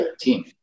team